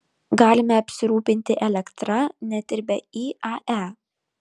galime apsirūpinti elektra net ir be iae